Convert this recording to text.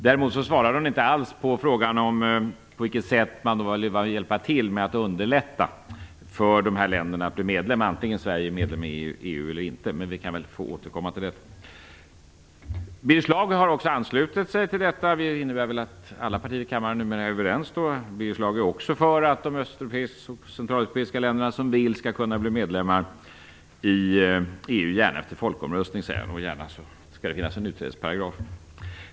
Däremot svarade hon inte alls på frågan om på vilket sätt man vill hjälpa till med att underlätta för dessa länder att bli medlemmar antingen Sverige är medlem i EU eller inte, men vi kan väl återkomma till detta. Birger Schlaug har också anslutit sig till detta. Det innebär väl att alla partier numera kan vara överens om detta. Birger Schlaug är också för att de öst och centraleuropeiska länder som vill skall kunna bli medlemmar i EU, gärna efter folkomröstningar säger han. Vidare säger han att det gärna skall finnas en utträdesparagraf.